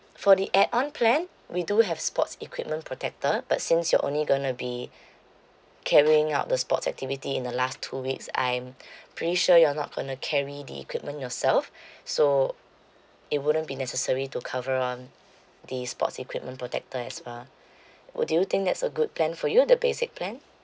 for the add on plan we do have sports equipment protector but since you're only going to be carrying out the sports activity in the last two weeks I'm pretty sure you're not going to carry the equipment yourself so it wouldn't be necessary to cover on the sports equipment protector as well would you think that's a good plan for you the basic plan